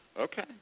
Okay